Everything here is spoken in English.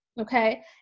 Okay